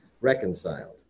reconciled